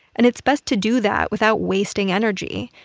and it's best to do that without wasting energy.